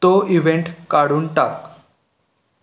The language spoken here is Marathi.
तो इवंट काढून टाक